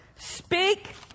Speak